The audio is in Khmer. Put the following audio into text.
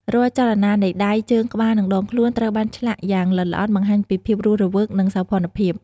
រាល់ចលនានៃដៃ ជើង ក្បាល និងដងខ្លួន ត្រូវបានឆ្លាក់យ៉ាងល្អិតល្អន់បង្ហាញពីភាពរស់រវើក និងសោភ័ណភាព។